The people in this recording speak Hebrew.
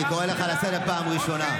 אני קורא אותך לסדר פעם ראשונה.